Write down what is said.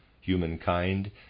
humankind